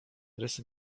rysy